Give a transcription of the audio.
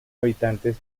habitantes